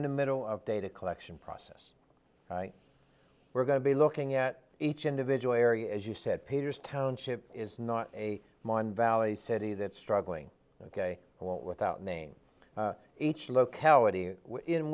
in the middle of data collection process we're going to be looking at each individual area as you said peters township is not a moron valley city that's struggling ok what without name each locality in